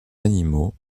animaux